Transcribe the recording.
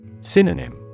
Synonym